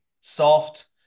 soft